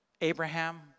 Abraham